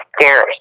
stairs